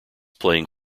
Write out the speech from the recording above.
playing